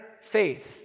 faith